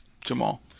Jamal